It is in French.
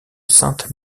sainte